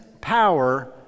power